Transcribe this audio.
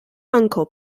uncle